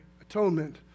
atonement